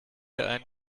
ein